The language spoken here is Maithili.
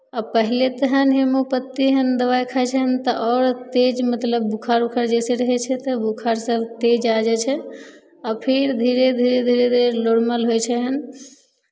आ पहिले तऽ एहन हेमोपथी एहन दबाइ खाइ छहैन तऽ आओर तेज मतलब बुखार उखार जइसे रहै छै तऽ बुखारसभ तेज आ जाइ छै आ फिर धीरे धीरे धीरे धीरे नॉर्मल होइ छै एहन